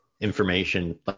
information